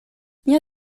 mia